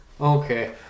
Okay